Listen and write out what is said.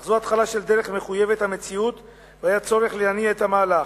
אך זו התחלה של דרך מחויבת המציאות והיה צורך להניע את המהלך.